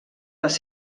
les